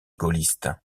gaulliste